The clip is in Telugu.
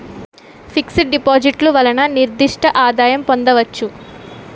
ఫిక్స్ డిపాజిట్లు వలన నిర్దిష్ట ఆదాయం పొందవచ్చు